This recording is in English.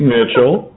Mitchell